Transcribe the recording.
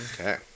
Okay